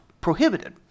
prohibited